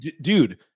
Dude